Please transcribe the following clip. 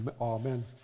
Amen